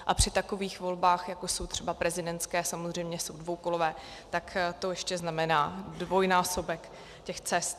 A při takových volbách, jako jsou třeba prezidentské, samozřejmě jsou dvoukolové, to ještě znamená dvojnásobek cest.